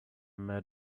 met